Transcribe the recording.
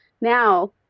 Now